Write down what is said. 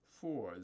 Four